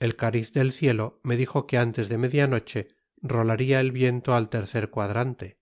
el cariz del cielo me dijo que antes de media noche rolaría el viento al tercer cuadrante